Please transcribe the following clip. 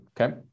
Okay